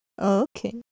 Okay